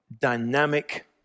dynamic